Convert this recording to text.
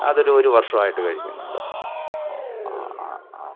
അതൊരു ഒരു വർഷവായിട്ട് കഴിക്കുന്നുണ്ട് ആ ആ ആ ആ